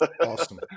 Awesome